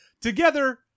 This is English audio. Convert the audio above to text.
together